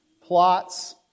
plots